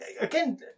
Again